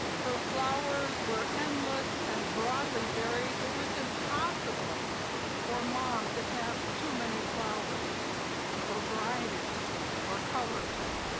her flowers were endless and broadly varied. it was impossible for mom to have too many flowers or varieties or colors.